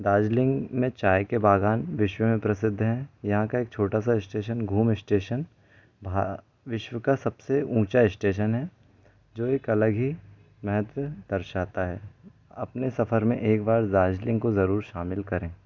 दार्जिलिंग में चाय के बागान विश्व में प्रसिद्ध हैं यहाँ का एक छोटा सा स्टेशन घूम स्टेशन विश्व का सबसे ऊँचा स्टेशन है जो एक अलग ही महत्व दर्शाता है अपने सफ़र में एक बार दार्जिलिंग को जरूर शामिल करें